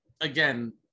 again